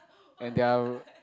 and they're